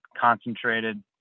concentrated